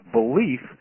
belief